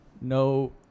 no